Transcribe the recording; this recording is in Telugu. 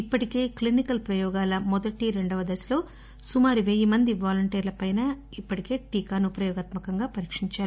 ఇప్పటికే క్లినికల్ ప్రయోగాల మొదటి రెండవ దశలో సుమారు వెయ్యిమంది వాలంటీర్లు పైన ఈ టీకాను ఇప్పటికే ప్రయోగాత్మ కంగా పరీక్షించారు